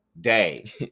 day